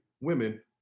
women